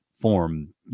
form